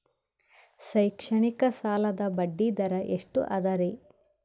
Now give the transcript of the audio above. ಶೈಕ್ಷಣಿಕ ಸಾಲದ ಬಡ್ಡಿ ದರ ಎಷ್ಟು ಅದರಿ?